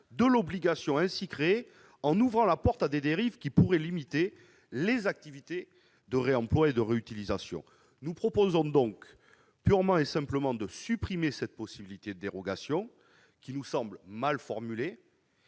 de l'obligation ainsi créée en ouvrant la porte à des dérives qui pourraient limiter les activités de réemploi et de réutilisation. Nous proposons donc purement et simplement de supprimer cette possibilité de dérogation qui nous semble mal formulée,